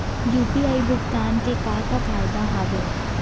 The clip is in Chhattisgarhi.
यू.पी.आई भुगतान के का का फायदा हावे?